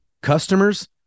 customers